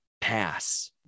pass